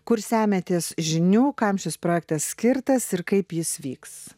kur semiatės žinių kam šis projektas skirtas ir kaip jis vyks